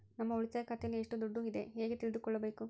ನಮ್ಮ ಉಳಿತಾಯ ಖಾತೆಯಲ್ಲಿ ಎಷ್ಟು ದುಡ್ಡು ಇದೆ ಹೇಗೆ ತಿಳಿದುಕೊಳ್ಳಬೇಕು?